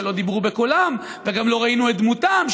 שלא דיברו בקולם וגם לא ראינו את דמותם,